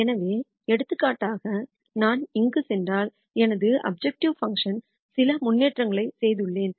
எனவே எடுத்துக்காட்டாக நான் இங்கு சென்றால் எனது அப்ஜெக்டிவ் பங்க்ஷன் ல் சில முன்னேற்றங்களைச் செய்துள்ளேன்